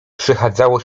przechadzało